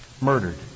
murdered